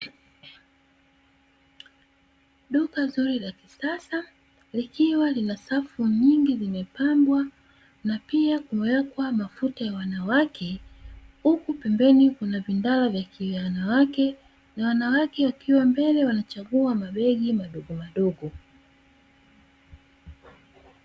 Duka zuri la kisasa likiwa lina safu nzuri zilizopangwa, na pia kuwekwa mafuta ya wanawake huku pembeni kuna vindala vya kiwanawake na wanawake wakiwa mbele wanachagua mabegi madogo madogo.